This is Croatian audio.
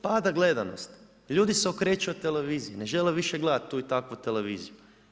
Pada gledanost, ljudi se okreću od televizije, ne žele više gledati tu i takvu televiziju.